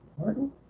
Martin